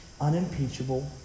unimpeachable